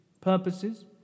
purposes